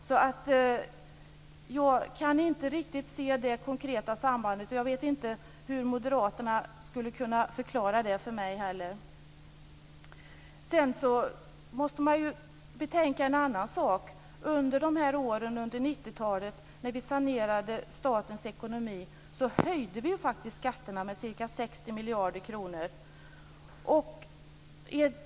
Jag kan alltså inte riktigt se det konkreta sambandet, och jag vet inte hur moderaterna skulle kunna förklara det för mig heller. Man måste också betänka en annan sak. Under de här åren under 90-talet, när vi sanerade statens ekonomi, höjde vi ju faktiskt skatterna med ca 60 miljarder kronor.